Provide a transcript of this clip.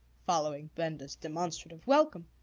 following benda's demonstrative welcome,